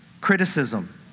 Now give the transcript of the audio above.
criticism